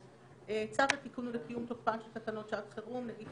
צו לתיקון ולקיום תוקפן של תקנות שעה חירום (נגיף